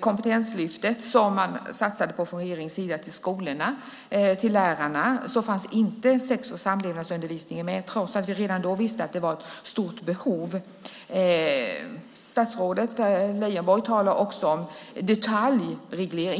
Kompetenslyftet, som regeringen satsade på för skolorna och lärarna, fanns inte sex och samlevnadsundervisningen med trots att vi redan då visste att det fanns ett stort behov. Statsrådet Leijonborg talar om detaljreglering.